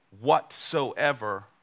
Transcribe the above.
whatsoever